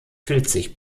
filzig